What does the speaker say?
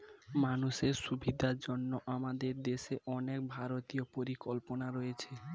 মানুষের সুবিধার জন্য আমাদের দেশে অনেক ভারতীয় পরিকল্পনা রয়েছে